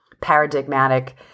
paradigmatic